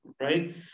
right